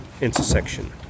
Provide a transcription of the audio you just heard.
intersection